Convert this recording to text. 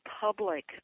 public